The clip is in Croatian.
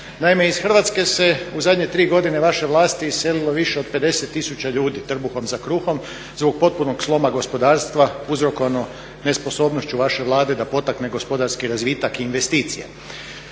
Naime iz Hrvatske se u zadnje 3 godine vaše vlasti iselilo više od 50 tisuća ljudi trbuhom za kruhom zbog potpunog sloma gospodarstva uzrokovano nesposobnošću vaše Vlade da potakne gospodarski razvitak i investicije.